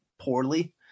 poorly